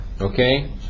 Okay